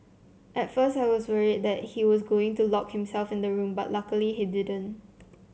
at first I was worried that he was going to lock himself in the room but luckily he didn't